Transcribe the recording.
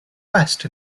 west